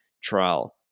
trial